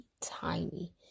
tiny